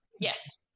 Yes